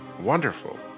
Wonderful